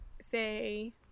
say